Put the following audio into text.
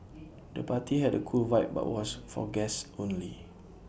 the party had A cool vibe but was for guests only